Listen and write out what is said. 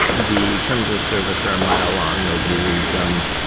the terms of service are a mile-long. nobody reads them,